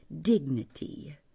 dignity